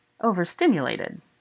Overstimulated